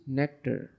nectar